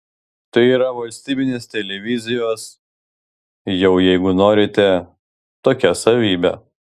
tai yra valstybinės televizijos jau jeigu norite tokia savybė